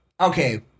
Okay